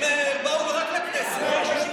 הם באו רק לכנסת.